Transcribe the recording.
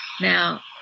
now